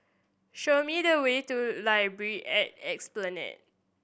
show me the way to Library at Esplanade